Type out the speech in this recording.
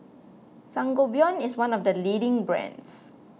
Sangobion is one of the leading brands